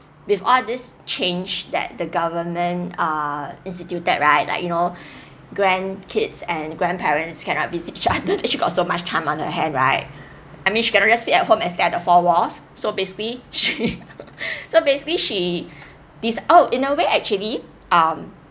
with all this change that the government uh instituted that right like you know grand kids and grandparents cannot be with each other she got so much time on her hand right I mean she cannot just sit at home and stare at the four walls so basically she so basically she oh in a way actually um